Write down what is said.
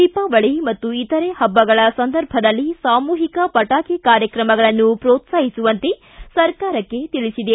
ದೀಪಾವಳಿ ಮತ್ತು ಇತರ ಹಬ್ಬಗಳ ಸಂದರ್ಭದಲ್ಲಿ ಸಾಮೂಹಿಕ ಪಟಾಕಿ ಕಾರ್ಯಕ್ರಮಗಳನ್ನು ಪೋತ್ಲಾಹಿಸುವಂತೆ ಸರ್ಕಾರಕ್ಕೆ ತಿಳಿಸಿದೆ